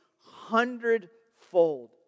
hundredfold